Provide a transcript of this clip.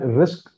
risk